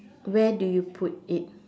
where do you put it